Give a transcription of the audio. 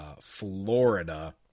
Florida